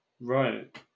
Right